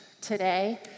today